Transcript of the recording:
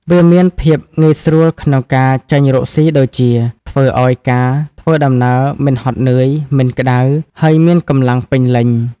វាមានភាពងាយស្រួលក្នុងការចេញរកសុីដូចជា ធ្វើឱ្យការធ្វើដំណើរមិនហត់នឿយ មិនក្តៅ ហើយមានកម្លាំងពេញលេញ។